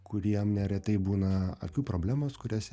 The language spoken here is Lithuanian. kuriem neretai būna akių problemos kurias